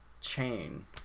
chain